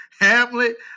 Hamlet